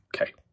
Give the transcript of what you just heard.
Okay